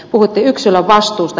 puhuitte yksilön vastuusta